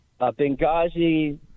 Benghazi